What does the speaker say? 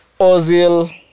Ozil